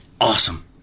awesome